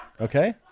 okay